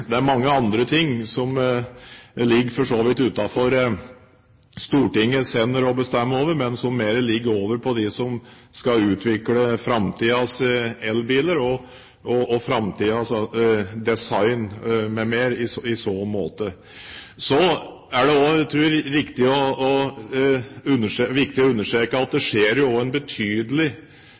Det er mange ting som for så vidt ligger utenfor det Stortinget kan bestemme over, men som mer ligger på dem som skal utvikle framtidens elbiler, design m.m., i så måte. Jeg tror det er viktig å understreke at det er en betydelig